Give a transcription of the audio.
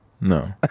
no